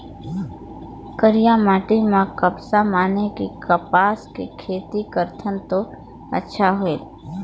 करिया माटी म कपसा माने कि कपास के खेती करथन तो अच्छा होयल?